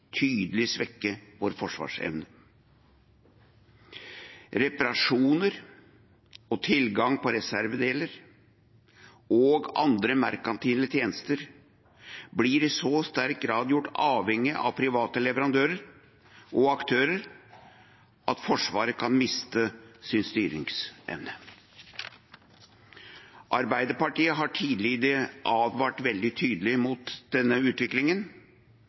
tydelig kan svekke vår forsvarsevne. Reparasjoner og tilgang på reservedeler og andre merkantile tjenester blir i så sterk grad gjort avhengig av private leverandører og aktører at Forsvaret kan miste sin styringsevne. Arbeiderpartiet har tidligere advart veldig tydelig mot denne utviklingen.